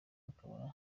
akaba